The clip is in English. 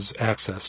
access